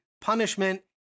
punishment